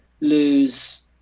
lose